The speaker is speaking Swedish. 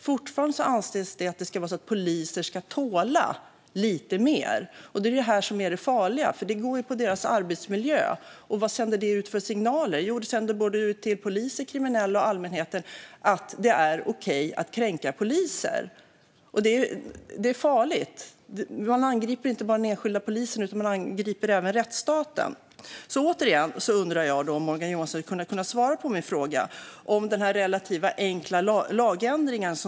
Fortfarande anses det att poliser ska tåla lite mer. Det är det här som är det farliga, för det handlar ju om deras arbetsmiljö. Vad sänder det ut för signaler? Jo, det sänder signalen både till poliser, kriminella och allmänheten att det är okej att kränka poliser. Detta är farligt, för man angriper inte bara den enskilda polisen utan även rättsstaten. Jag undrar därför återigen om Morgan Johansson kan svara på min fråga om den relativt enkla lagändringen.